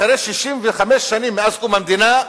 אחרי 65 שנים מקום המדינה,